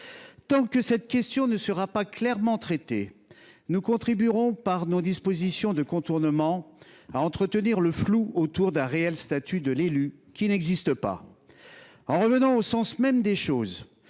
Tant que cette question ne sera pas clairement traitée, nous contribuerons, par nos dispositions de contournement, à entretenir le flou autour d’un réel statut de l’élu, qui n’existe pas. En revenant au sens même des choses,